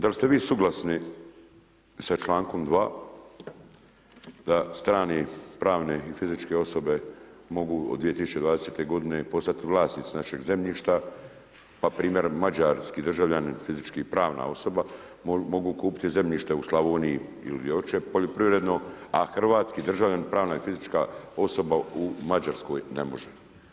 Da li ste vi suglasni sa člankom 2. da strane pravne i fizičke osobe mogu od 2020. godine postati vlasnici našeg zemljišta pa primjer mađarski državljanin fizički pravna osoba mogu kupiti zemljište u Slavoniji ili gdje hoće poljoprivredno, a hrvatski državljanin pravna i fizička osoba u Mađarskoj ne može?